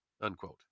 unquote